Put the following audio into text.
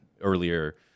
earlier